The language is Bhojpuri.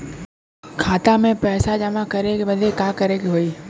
खाता मे पैसा जमा करे बदे का करे के होई?